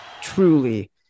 Truly